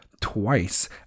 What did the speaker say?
twice